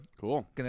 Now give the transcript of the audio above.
Cool